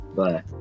bye